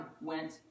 went